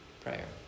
prayer